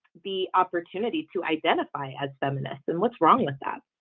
the opportunity to identify as feminists and what's wrong with that?